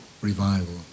revival